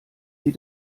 sie